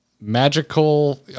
Magical